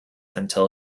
until